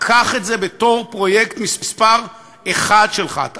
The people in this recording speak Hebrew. קח את זה בתור פרויקט מספר אחת שלך,